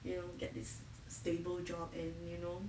you know get its stable job and you know